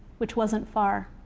which wasn't far.